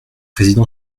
président